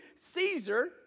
Caesar